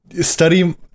study